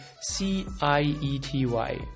C-I-E-T-Y